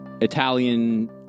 Italian